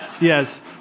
Yes